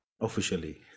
officially